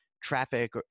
traffic